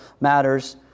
matters